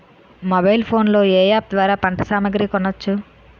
Mobile phone లో ఏ app ద్వారా పంట సామాగ్రి కొనచ్చు?